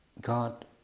God